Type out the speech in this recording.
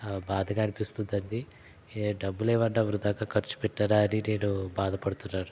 బాధగా అనిపిస్తుందండి డబ్బులు ఏమన్న వృధాగా ఖర్చు పెట్టానా అని నేను బాధపడుతున్నాను